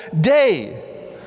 day